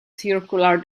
circular